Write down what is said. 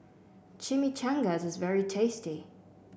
Chimichangas is very tasty